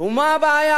ומה הבעיה?